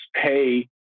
pay